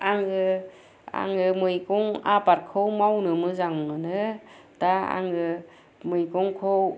आङो मैगं आबादखौ मावनो मोजां मोनो दा आङो मैगंखौ